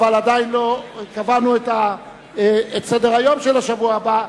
אבל עדיין לא קבענו את סדר-היום של השבוע הבא.